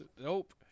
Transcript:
Nope